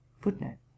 Footnote